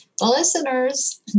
Listeners